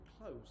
close